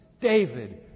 David